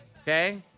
Okay